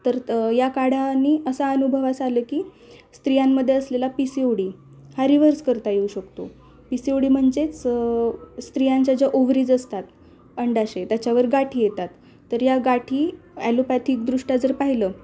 तर त या काढाने असा अनुभव असं आलं की स्त्रियांमध्ये असलेला पि सि ओ डी हा रिव्हर्स करता येऊ शकतो पि सि ओ डी म्हणजेच स्त्रियांच्या ज्या ओव्हीज असतात अंडाशय त्याच्यावर गाठी येतात तर या गाठी ॲलोपॅथिकदृष्ट्या जर पाहिलं